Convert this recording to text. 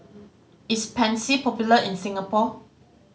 is Pansy popular in Singapore